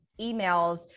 emails